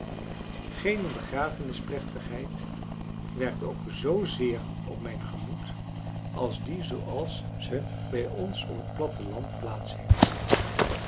geene begrafenisplechtigheid werkt ook z zeer op mijn gemoed als die zooals ze bij ons op het platte land plaats heeft